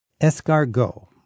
Escargot